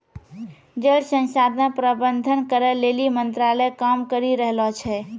जल संसाधन प्रबंधन करै लेली मंत्रालय काम करी रहलो छै